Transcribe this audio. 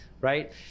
right